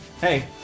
Hey